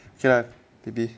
okay lah maybe